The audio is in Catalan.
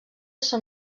són